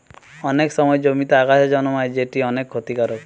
অনেক সময় জমিতে আগাছা জন্মায় যেটি অনেক ক্ষতিকারক